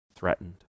Threatened